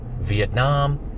Vietnam